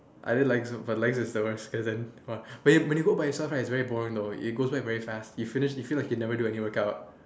I do legs but legs is the worst as in when you when you go by yourself right is very boring though it goes by very fast you finish you feel like you never do any workout